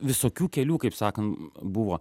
visokių kelių kaip sakan buvo